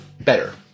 better